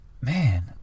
Man